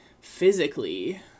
physically